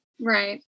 Right